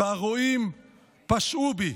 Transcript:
והרֹעים פשעו בי,